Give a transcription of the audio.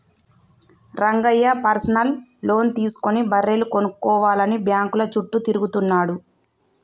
Rangayya personal loan తీసుకుని బర్రెలు కొనుక్కోవాలని బ్యాంకుల చుట్టూ తిరుగుతున్నాడు